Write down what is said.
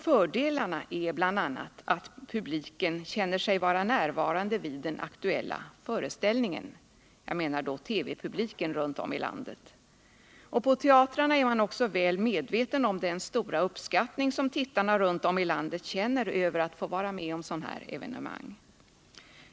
Fördelarna är bl.a. att publiken känner sig vara närvarande vid den aktuella föreställningen — jag menar då TV publiken runt om i landet. På teatrarna är man också väl medveten om den stora uppskattning som tittarna runt om i landet känner över att få vara med om sådana evenemang.